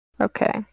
Okay